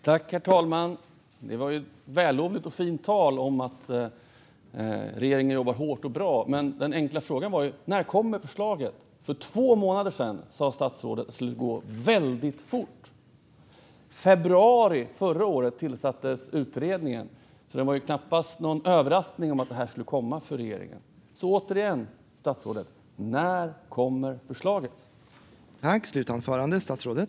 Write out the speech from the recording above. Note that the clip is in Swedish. Herr talman! Det var vällovligt och fint tal om att regeringen jobbar hårt och bra. Men den enkla frågan var ju: När kommer förslaget? För två månader sedan sa statsrådet att det skulle gå "väldigt fort". I februari förra året tillsattes utredningen. Det var alltså knappast någon överraskning för regeringen att detta skulle komma. Så återigen, statsrådet: När kommer förslaget?